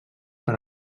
per